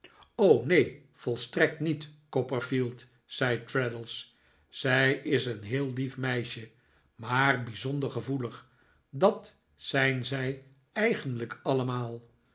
neen volstrekt niet copperfield zei traddles zij is een heel lief meisje maar bijzonder gevoelig dat zijn zij eigen'lijk allemaal